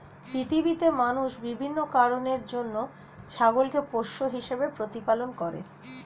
পৃথিবীতে মানুষ বিভিন্ন কারণের জন্য ছাগলকে পোষ্য হিসেবে প্রতিপালন করে